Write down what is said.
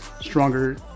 stronger